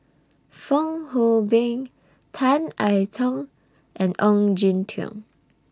Fong Hoe Beng Tan I Tong and Ong Jin Teong